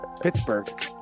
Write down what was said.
Pittsburgh